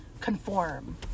conform